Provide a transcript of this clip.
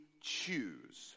choose